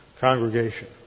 congregation